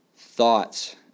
thoughts